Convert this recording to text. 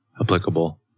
applicable